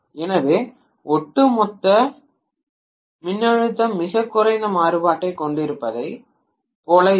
எனவே ஒட்டுமொத்த மின்னழுத்தம் மிகக் குறைந்த மாறுபாட்டைக் கொண்டிருப்பதைப் போல இருக்கும்